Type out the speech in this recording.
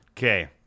Okay